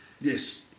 yes